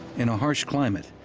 in a harsh climate,